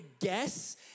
guess